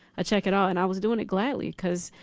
a cheque at all and i was doing it gladly because,